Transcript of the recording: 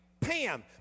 Pam